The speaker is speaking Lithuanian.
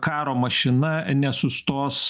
karo mašina nesustos